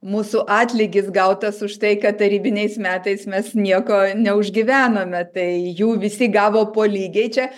mūsų atlygis gautas už tai kad tarybiniais metais mes nieko neužgyvenome tai jų visi gavo po lygiai čia